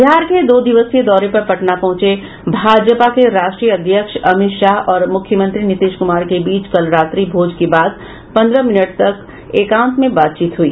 बिहार के दो दिवसीय दौरे पर पटना पहुंचे भाजपा के राष्ट्रीय अध्यक्ष अमित शाह और मुख्यमंत्री नीतीश कुमार के बीच कल रात्रि भोज के बाद पन्द्रह मिनट तक एकांत में बातचीत हुई